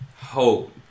hope